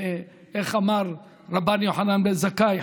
איך אמר רבן יוחנן בן זכאי?